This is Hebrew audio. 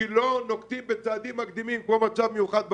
כי לא נוקטים בצעדים מקדימים כמו במצב מיוחד בעורף.